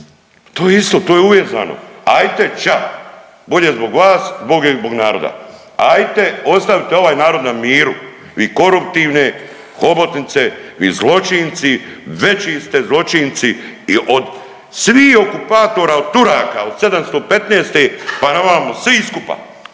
To je isto, to je uvezano. Ajte ča! Bolje zbog vas, bolje zbog naroda. Ajte ostavite ovaj narod na miru vi koruptivne hobotnice, vi zločinci, veći ste zločinci od svih okupatora, od turaka od 715. pa na ovamo svi skupa.